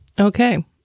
Okay